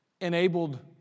enabled